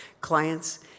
clients